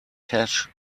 cache